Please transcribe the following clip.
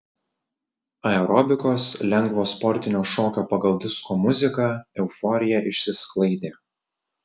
aerobikos lengvo sportinio šokio pagal disko muziką euforija išsisklaidė